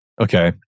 Okay